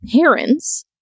parents